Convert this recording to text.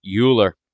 Euler